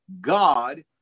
God